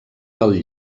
del